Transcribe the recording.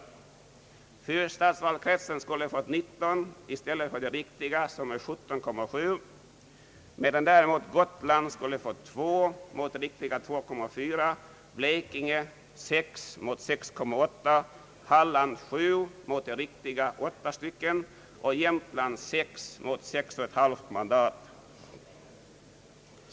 Fyrstadsvalkretsen skulle ha fått 19 i stället för det riktiga som var 17,7 medan däremot Gotland skulle fått två mot det riktiga 2,4, Blekinge 6 mot 6,8, Halland 7 mot det riktiga 8 och Jämtland 6 mot 6,5.